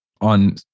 on